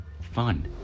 fun